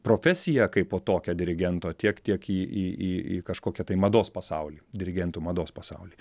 profesiją kaipo tokią dirigento tiek tiek į į į į kažkokią tai mados pasaulį dirigentų mados pasaulį